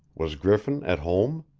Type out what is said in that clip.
was griffin at home?